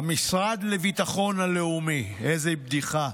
ל"המשרד לביטחון הלאומי" איזו בדיחה.